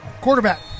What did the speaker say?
Quarterback